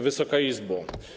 Wysoka Izbo!